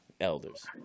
elders